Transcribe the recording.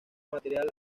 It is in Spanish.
material